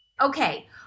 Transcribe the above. Okay